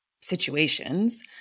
situations